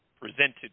presented